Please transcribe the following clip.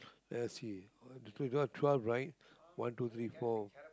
let's see oh you got twelve right one two three four